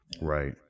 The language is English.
right